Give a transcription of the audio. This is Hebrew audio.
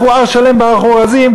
עקרו הר שלם בהר-כורזים,